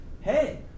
Hey